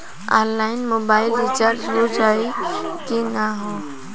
Online mobile recharge हो जाई की ना हो?